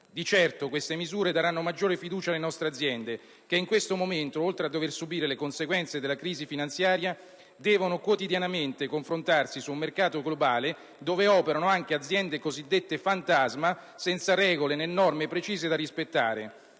Di certo, queste misure daranno maggiore fiducia alle nostre aziende, che in questo momento, oltre a dover subire le conseguenze della crisi finanziaria, devono quotidianamente confrontarsi su un mercato globale dove operano anche aziende cosiddette fantasma, senza regole né norme precise da rispettare,